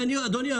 ואדוני,